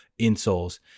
insoles